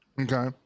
Okay